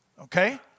okay